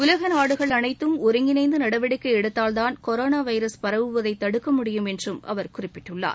உலக நாடுகள் அனைத்தும் ஒருங்கிணைந்து நடவடிக்கை எடுத்தால்தான் கொரோனா வைரஸ் பரவுவதை தடுக்க முடியும் என்றும் அவர் குறிப்பிட்டுள்ளார்